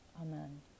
Amen